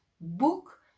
book